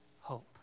hope